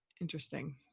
interesting